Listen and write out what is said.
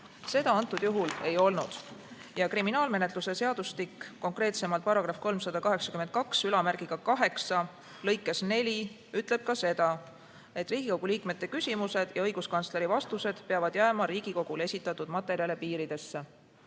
Seda antud juhul ei olnud. Kriminaalmenetluse seadustik, konkreetsemalt § 3828lõige 4 ütleb ka seda, et Riigikogu liikmete küsimused ja õiguskantsleri vastused peavad jääma Riigikogule esitatud materjalide piiridesse.